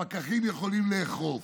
הפקחים יכולים לאכוף,